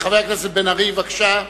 חבר הכנסת בן-ארי, בבקשה.